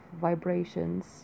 vibrations